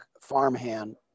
farmhand